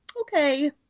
okay